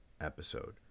episode